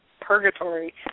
purgatory